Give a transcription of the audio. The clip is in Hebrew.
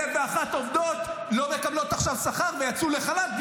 אלף ואחת עובדות לא מקבלות עכשיו שכר ויצאו לחל"ת,